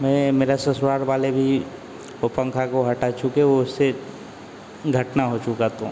मैं मेरा ससुराल वाले भी वो पंखा को हटा चुके उससे घटना हो चुका तो